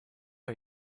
are